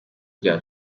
bya